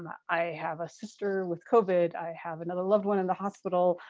um i i have a sister with covid. i have another loved one in the hospital.